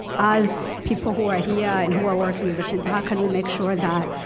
as people who are here and who are working with us. and how can we make sure that